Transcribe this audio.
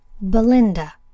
Belinda